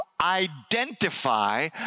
identify